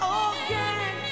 again